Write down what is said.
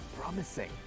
promising